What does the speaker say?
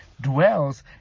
dwells